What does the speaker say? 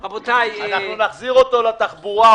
אנחנו נחזיר אותו לתחבורה.